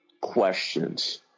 questions